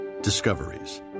Discoveries